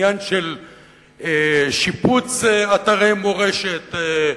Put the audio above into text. לעניין של שיפוץ אתרי מורשת,